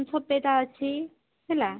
ଛୋଟଟା ଅଛି ହେଲା